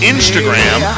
Instagram